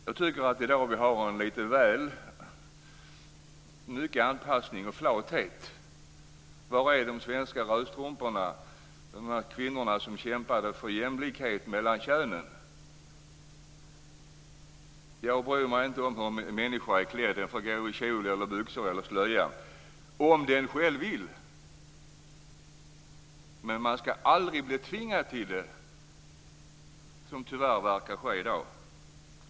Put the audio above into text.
Jag tycker att vi i dag visar lite väl stor anpassning och flathet. Var är de svenska rödstrumporna, de där kvinnorna som kämpade för jämlikhet mellan könen? Jag bryr mig inte om hur människor är klädda. De får gå i kjol, byxor eller slöja om de själva vill. Men man ska aldrig bli tvingad till det, som tyvärr verkar ske i dag.